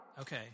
Okay